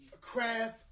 craft